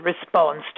response